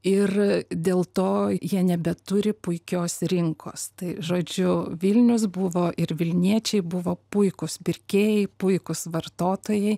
ir dėl to jie nebeturi puikios rinkos tai žodžiu vilnius buvo ir vilniečiai buvo puikūs pirkėjai puikūs vartotojai